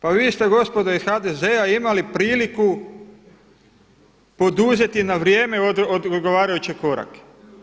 Pa vi ste gospodo iz HDZ-a imali priliku poduzeti na vrijeme odgovarajuće korake.